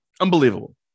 Unbelievable